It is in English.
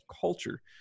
culture